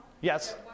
Yes